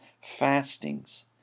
fastings